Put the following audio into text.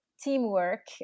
teamwork